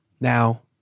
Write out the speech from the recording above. now